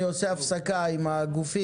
אני עושה הפסקה עם הגופים.